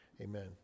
Amen